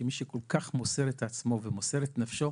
שמי שכל כך מוסר את עצמו ומוסר את נפשו